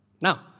Now